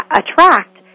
attract